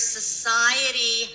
society